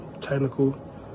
Technical